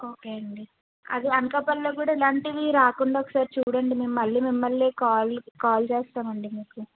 okay ఆండీ అది అనకాపల్లిలో కూడా ఇలాంటివి రాకుండా ఒకసారి చూడండి మేము మళ్ళీ మిమ్మల్ని కాల్ కాల్ చేస్తాం అండి మీకు